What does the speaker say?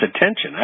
attention